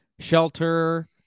Shelter